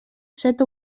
set